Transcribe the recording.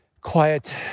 quiet